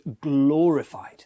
glorified